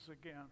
again